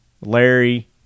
Larry